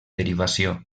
derivació